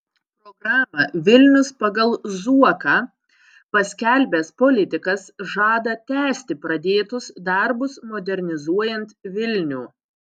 programą vilnius pagal zuoką paskelbęs politikas žada tęsti pradėtus darbus modernizuojant vilnių